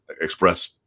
express